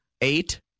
eight